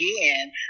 again